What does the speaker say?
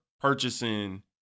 purchasing